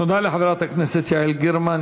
תודה לחברת הכנסת יעל גרמן.